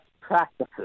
practices